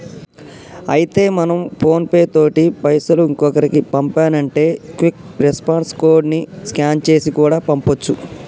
అయితే మనం PhonePe తోటి పైసలు ఇంకొకరికి పంపానంటే క్విక్ రెస్పాన్స్ కోడ్ ని స్కాన్ చేసి కూడా పంపొచ్చు